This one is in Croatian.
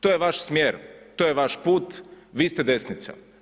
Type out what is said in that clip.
To je vaš smjer, to je vaš put, vi ste desnica.